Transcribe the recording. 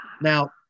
Now